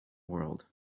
world